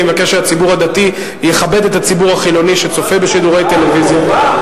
אני מבקש שהציבור הדתי יכבד את הציבור החילוני שצופה בשידורי טלוויזיה.